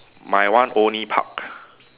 my one only park